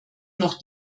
noch